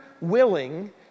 willing